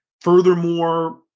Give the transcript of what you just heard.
Furthermore